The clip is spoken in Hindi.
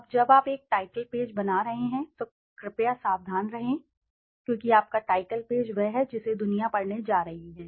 अब जब आप एक टाइटल पेज बना रहे हैं तो कृपया सावधान रहें क्योंकि आपका टाइटल पेज वह है जिसे दुनिया पढ़ने जा रही है